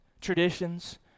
traditions